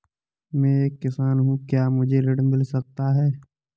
मैं एक किसान हूँ क्या मुझे ऋण मिल सकता है?